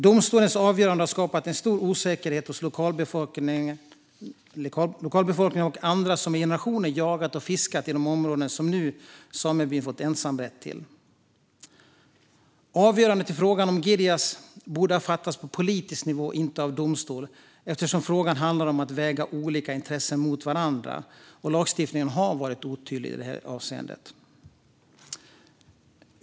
Domstolens avgörande har skapat en stor osäkerhet hos lokalbefolkningen och andra som i generationer har jagat och fiskat i de områden som nu samebyn har fått ensamrätt till. Avgörandet i frågan om Girjas borde ha fattats på politisk nivå och inte av domstol eftersom frågan handlar om att väga olika intressen mot varandra och lagstiftningen har varit otydlig i detta avseende.